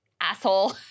asshole